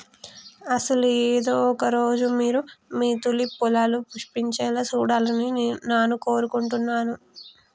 అసలు ఏదో ఒక రోజు మీరు మీ తూలిప్ పొలాలు పుష్పించాలా సూడాలని నాను కోరుకుంటున్నాను